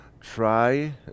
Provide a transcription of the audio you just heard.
Try